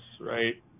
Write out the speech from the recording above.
right